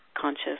conscious